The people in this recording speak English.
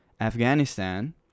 Afghanistan